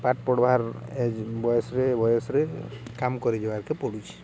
ପାଠ ପଢ଼୍ବାର୍ ଏଜ୍ ବୟସ୍ରେ ବୟସ୍ରେ କାମ୍ କରି ଯିବାର୍କେ ପଡ଼ୁଛେ